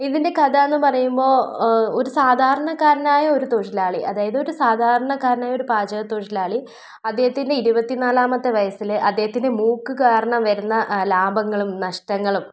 ഇതിൻ്റെ കഥയെന്ന് പറയുമ്പോൾ ഒരു സാധാരണക്കാരനായ ഒരു തൊഴിലാളി അതായത് ഒരു സാധാരണക്കാരനായ ഒരു പാചക തൊഴിലാളി അദ്ദേഹത്തിൻ്റെ ഇരുപത്തി നാലാമത്തെ വയസ്സിൽ അദ്ദേഹത്തിൻ്റെ മൂക്ക് കാരണം വരുന്ന ലാഭങ്ങളും നഷ്ടങ്ങളും